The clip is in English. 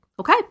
okay